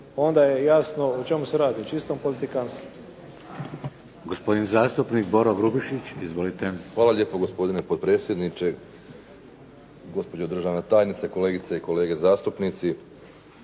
onda je jasno o čemu se radi – o čistom politikanstvu.